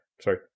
sorry